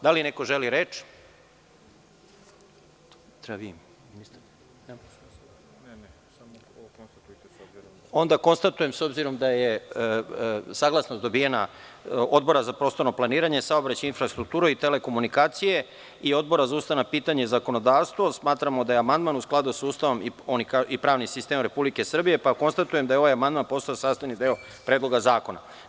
Da li neko želi reč? (Ne) S obzirom da je dobijena saglasnost Odbora za prostorno planiranje, saobraćaj, infrastrukturu i telekomunikacije, a Odbora za ustavna pitanja i zakonodavstvo smatra da je amandman u skladu sa Ustavom i pravnim sistemom Republike Srbije, konstatujem da je ovaj amandman postao sastavni deo Predloga Zakona.